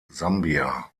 sambia